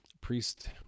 priest